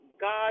God